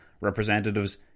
representatives